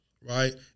right